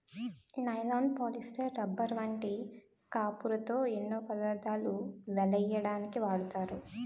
nylon, polyester, rubber వంటి కాపరుతో ఎన్నో పదార్ధాలు వలెయ్యడానికు వాడతారు